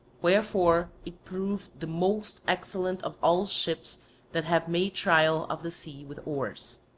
wherefore it proved the most excellent of all ships that have made trial of the sea with oars.